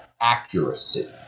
accuracy